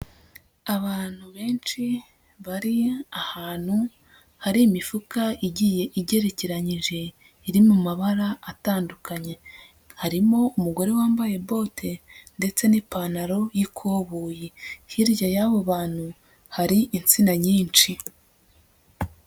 Abantu benshi bari ahantu hari imifuka igiye igerekeranyije iri mu mabara atandukanye, harimo umugore wambaye bote ndetse n'ipantaro y'ikoboyi, hirya y'abo bantu hari insina nyinshi.